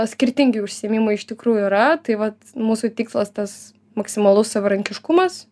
skirtingi užsiėmimai iš tikrųjų yra tai vat mūsų tikslas tas maksimalus savarankiškumas